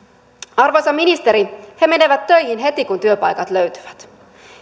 arvoisa ministeri he menevät töihin heti kun työpaikat löytyvät